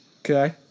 Okay